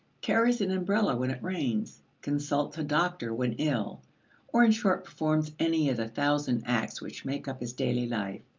carries an umbrella when it rains, consults a doctor when ill or in short performs any of the thousand acts which make up his daily life,